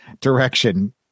direction